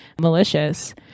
malicious